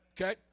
Okay